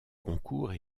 concours